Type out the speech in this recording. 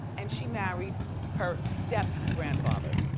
and she married her step grandfather.